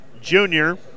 junior